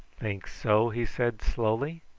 think so? he said slowly.